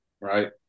right